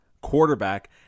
quarterback